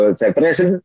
separation